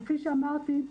כפי שאמרתי,